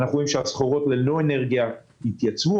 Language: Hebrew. אנחנו רואים שסחורות ללא אנרגיה התייצבו,